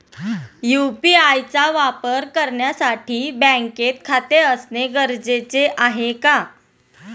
UPI चा वापर करण्यासाठी बँकेत खाते असणे गरजेचे आहे का?